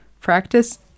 practice